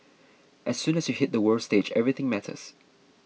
as soon as you hit the world stage everything matters